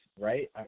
right